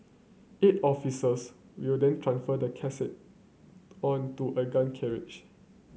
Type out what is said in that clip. eight officers will then transfer the casket onto a gun carriage